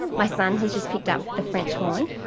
my son has just picked up the french horn,